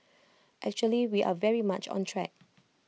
actually we are very much on track